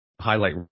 highlight